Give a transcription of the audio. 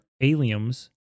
aliens